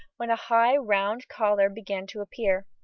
when a high round collar began to appear.